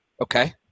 Okay